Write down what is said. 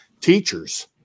teachers